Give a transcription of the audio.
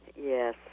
Yes